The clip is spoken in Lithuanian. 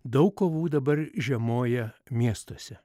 daug kovų dabar žiemoja miestuose